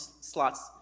slots